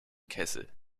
kessel